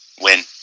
win